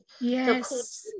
Yes